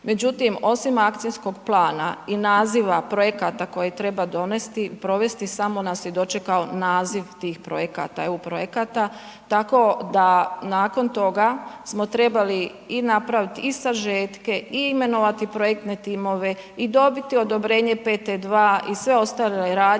Međutim, osim akcijskog plana i naziva projekta koje treba donesti, provesti, samo …/Govornik se ne razumije./… kao naziv tih projekata, EU projekata, tako da nakon toga, smo trebali i napraviti i sažetke i imenovati projektne timove i dobiti odobrenje PT2 i sve ostale radnje